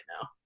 now